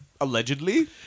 Allegedly